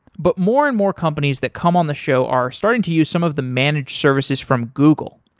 but more and more companies that come on the show are starting to use some of the managed services from google.